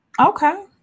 Okay